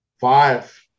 Five